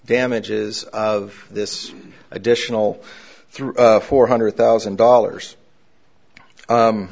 damages of this additional through four hundred thousand dollars